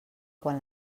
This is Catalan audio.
quan